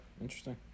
interesting